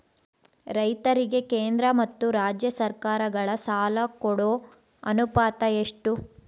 ರೈತರಿಗೆ ಕೇಂದ್ರ ಮತ್ತು ರಾಜ್ಯ ಸರಕಾರಗಳ ಸಾಲ ಕೊಡೋ ಅನುಪಾತ ಎಷ್ಟು?